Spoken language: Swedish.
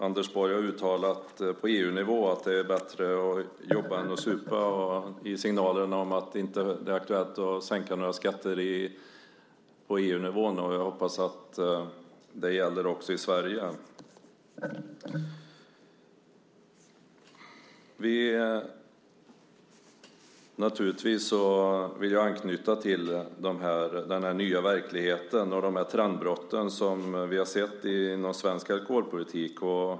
Anders Borg har på EU-nivå uttalat att det är bättre att jobba än att supa och gett signalen att det inte är aktuellt att sänka några skatter på EU-nivå. Jag hoppas att det gäller också i Sverige. Naturligtvis vill jag anknyta till den nya verkligheten, till de trendbrott som vi sett inom svensk alkoholpolitik.